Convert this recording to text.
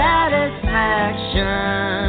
Satisfaction